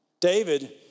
David